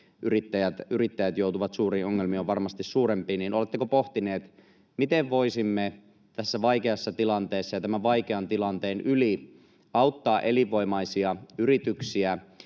yrittäjät joutuvat suuriin ongelmiin, ovat varmasti suurempia — miten voisimme tässä vaikeassa tilanteessa ja tämän vaikean tilanteen yli auttaa elinvoimaisia yrityksiä,